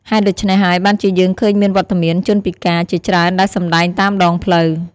ហេតុដូច្នេះហើយ បានជាយើងឃើញមានវត្តមាន ជនពិការ ជាច្រើនដែលសម្ដែងតាមដងផ្លូវ។